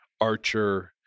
Archer